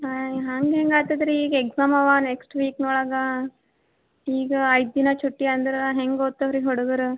ಅಯ್ಯೋ ಹಂಗೆಂಗೆ ಆಗ್ತದ್ ರೀ ಈಗ ಎಕ್ಸಾಮ್ ಅವ ನೆಕ್ಸ್ಟ್ ವೀಕ್ನೊಳಗೆ ಈಗ ಐದು ದಿನ ಛುಟ್ಟಿ ಅಂದ್ರೆ ಹೆಂಗೆ ಓದ್ತವೆ ರೀ ಹುಡುಗರು